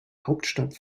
hauptstadt